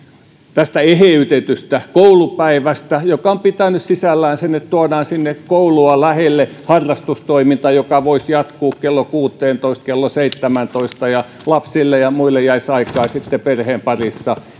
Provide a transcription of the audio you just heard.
tästä eheytetystä koulupäivästä joka on pitänyt sisällään sen että tuodaan koulua lähelle harrastustoimintaa joka voisi jatkua kello kuuteentoista kello seitsemääntoista ja lapsille ja muille jäisi sitten enemmän aikaa perheen parissa